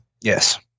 Yes